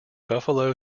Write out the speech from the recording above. buffalo